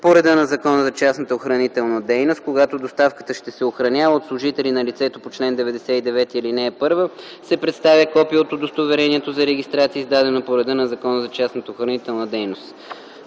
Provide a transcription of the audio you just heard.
по реда на Закона за частната охранителна дейност; когато доставката ще се охранява от служители на лицето по чл. 99, ал. 1, се представя копие от удостоверението за регистрация, издадено по реда на Закона за частната охранителна дейност;